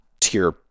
tier